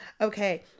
Okay